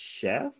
chef